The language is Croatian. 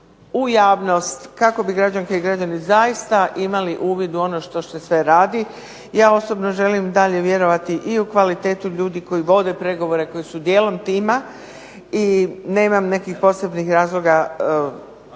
u javnost kako bi građanke i građani zaista imali uvid u ono što se radi. Ja osobno želim dalje vjerojatno i u kvalitetu ljudi koji vode pregovore, koji su djelom tima i nemam nekih posebnih razloga